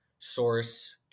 source